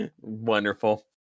Wonderful